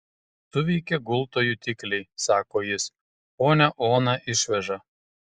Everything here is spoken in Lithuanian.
suveikė gulto jutikliai sako jis ponią oną išveža